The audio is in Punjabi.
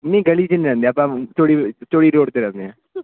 ਨਹੀਂ ਗਲੀ 'ਚ ਨਹੀਂ ਰਹਿੰਦੇ ਆਪਾਂ ਚੋੜੀ ਚੌੜੀ ਰੋਡ 'ਤੇ ਰਹਿੰਦੇ ਹਾਂ